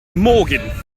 morgan